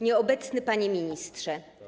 Nieobecny Panie Ministrze!